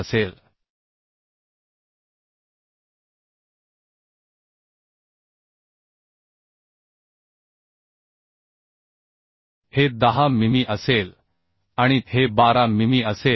असेल हे 10 मिमी असेल आणि हे 12 मिमी असेल